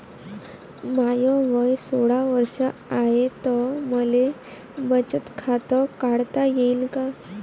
माय वय सोळा वर्ष हाय त मले बचत खात काढता येईन का?